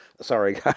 Sorry